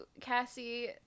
Cassie